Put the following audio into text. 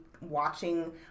watching